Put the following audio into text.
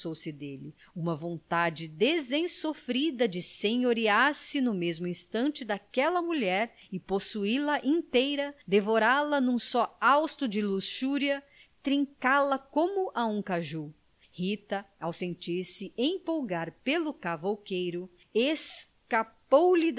apossou se dele uma vontade desensofrida de senhorear se no mesmo instante daquela mulher e possuí la inteira devorá la num só hausto de luxúria trincá la como um caju rita ao sentir-se empolgar pelo cavouqueiro